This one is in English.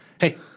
Hey